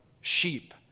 sheep